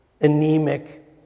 anemic